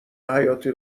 حیاتی